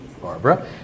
Barbara